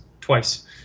twice